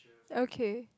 okay